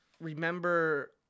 remember